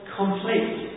complete